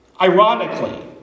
ironically